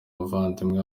umuvandimwe